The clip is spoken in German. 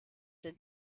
den